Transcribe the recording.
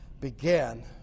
began